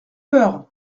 peur